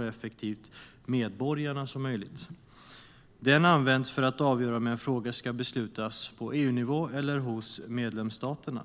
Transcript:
effektivt och så nära medborgarna som möjligt. Den används för att avgöra om en fråga ska beslutas på EU-nivå eller hos medlemsstaterna.